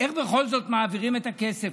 איך בכל זאת מעבירים את הכסף?